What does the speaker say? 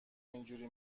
اینجوری